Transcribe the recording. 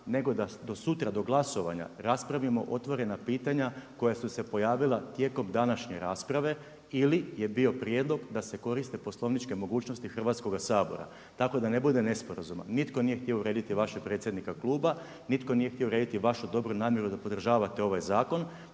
nego da do sutra, do glasovanja raspravimo otvorena pitanja koja su se pojavila tijekom današnje rasprave ili je bio prijedlog da se koriste poslovničke mogućnosti Hrvatskoga sabora, tako da ne bude nesporazuma. Nitko nije htio uvrijediti vašeg predsjednika kluba, nitko nije htio uvrijediti vašu dobru namjeru da podržavate ovaj zakon.